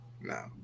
No